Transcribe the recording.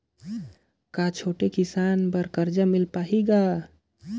कौन छोटे किसान बर कर्जा मिल पाही ग?